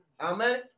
amen